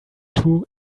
two